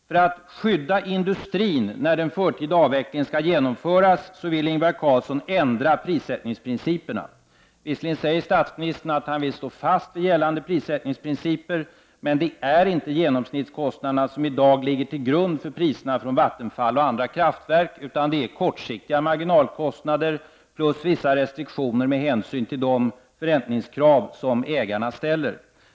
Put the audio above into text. För att skydda industrin när den förtida avvecklingen skall genomföras vill Ingvar Carlsson ändra prissättningsprinciperna. Visserligen säger statsministern att han vill stå fast vid gällande prissättningsprinciper, men det är inte genomsnittskostnaderna som i dag ligger till grund för priserna från Vattenfall och andra kraftverk, utan det är kortsiktiga marginalkostnader plus vissa restriktioner med hänsyn till de förräntningskrav som ägarna ställer.